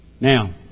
Now